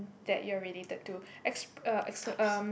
that you're related to ex~ uh ex~ um